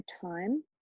time